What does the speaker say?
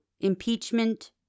impeachment